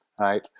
right